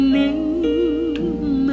name